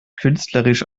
künstlerisch